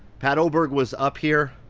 pat oberg was up here,